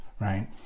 right